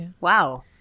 Wow